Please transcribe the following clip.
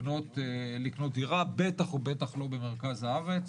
לקנות דירה, בטח ובטח לא במרכז הארץ.